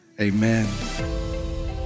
amen